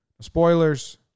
spoilers